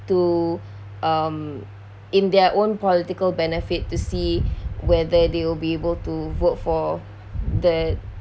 to um in their own political benefit to see whether they'll be able to vote for the